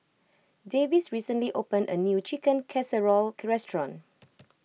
Davis recently opened a new Chicken Casserole restaurant